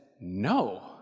no